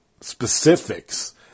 specifics